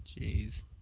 Jeez